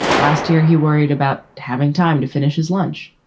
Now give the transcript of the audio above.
last year, he worried about having time to finish his lunch.